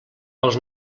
els